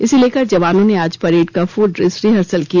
इसे लेकर जवानों ने आज परेड का फुल ड्रेस रिहर्सल किया